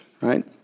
right